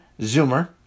Zoomer